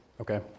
Okay